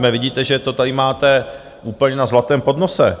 Vidíte, že to tady máte úplně na zlatém podnose.